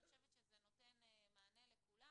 אני חושבת שזה נותן מענה לכולם